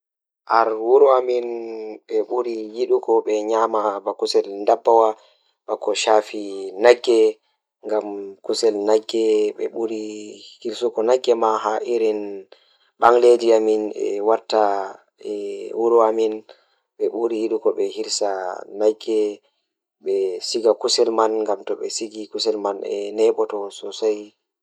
Ko ɗiɗo faggude njamaaji tawa njamaaji naatude kadi njamaaji hoore. Njamaaji goɗɗo ɗum njamaaji rewɓe faɗɗi ngal sabu ɗum njiddaade feere ngam ko keɓe njiddaade so ƴeewte feere ngal. Kadi fiyaangu ngal ko feere feere sabu njamaaji yasi njiddaade rewɓe njiddaade laawol.